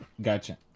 Gotcha